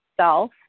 self